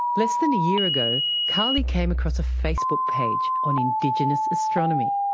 less than a year ago, karlie came across a facebook page on indigenous astronomy.